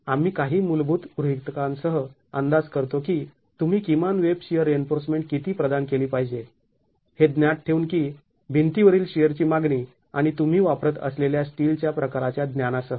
आम्ही काही मूलभूत गृहितकांसह अंदाज करतो की तुम्ही किमान वेब शिअर रिइन्फोर्समेंट किती प्रदान केली पाहिजे हे ज्ञात ठेवून की भिंती वरील शिअरची मागणी आणि तुम्ही वापरत असलेल्या स्टीलच्या प्रकाराच्या ज्ञानासह